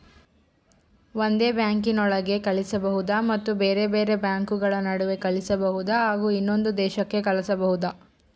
ಒಂದೇ ಬ್ಯಾಂಕಿನೊಳಗೆ ಕಳಿಸಬಹುದಾ ಮತ್ತು ಬೇರೆ ಬೇರೆ ಬ್ಯಾಂಕುಗಳ ನಡುವೆ ಕಳಿಸಬಹುದಾ ಹಾಗೂ ಇನ್ನೊಂದು ದೇಶಕ್ಕೆ ಕಳಿಸಬಹುದಾ?